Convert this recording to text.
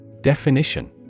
Definition